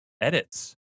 edits